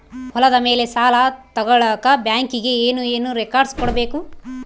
ಹೊಲದ ಮೇಲೆ ಸಾಲ ತಗಳಕ ಬ್ಯಾಂಕಿಗೆ ಏನು ಏನು ರೆಕಾರ್ಡ್ಸ್ ಕೊಡಬೇಕು?